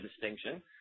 distinction